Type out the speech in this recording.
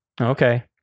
Okay